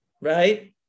right